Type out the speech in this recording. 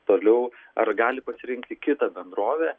toliau ar gali pasirinkti kitą bendrovę